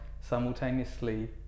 simultaneously